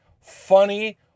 funny